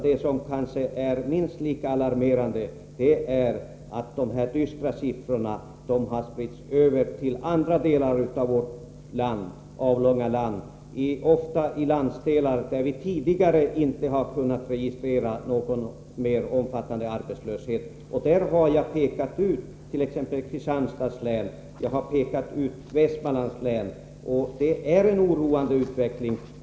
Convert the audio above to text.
Det är minst lika alarmerande att sådana siffror börjar redovisas också i andra delar av vårt avlånga land, ofta i landsdelar där vi tidigare inte har kunnat registrera någon mer omfattande arbetslöshet. Jag har i detta sammanhang pekat t.ex. på Kristianstads län och på Västmanlands län, där man har en oroande utveckling.